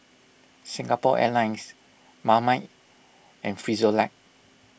Singapore Airlines Marmite and Frisolac